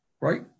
right